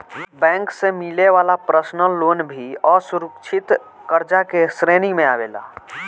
bank से मिले वाला पर्सनल लोन भी असुरक्षित कर्जा के श्रेणी में आवेला